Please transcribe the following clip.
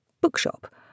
bookshop